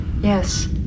Yes